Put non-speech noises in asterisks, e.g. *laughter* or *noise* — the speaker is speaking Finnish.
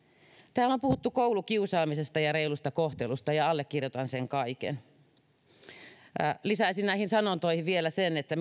täällä on puhuttu koulukiusaamisesta ja reilusta kohtelusta ja allekirjoitan sen kaiken lisäisin näihin sanontoihin vielä sen että *unintelligible*